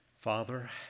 Father